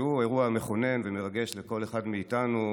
שהיא אירוע מכונן ומרגש לכל אחד מאיתנו,